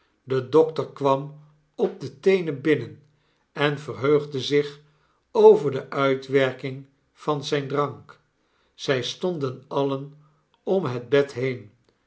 de dokter kwam op de teenen binnen en verheugde zich over de uitwerking van zp drank zg stonden alien om het bed heen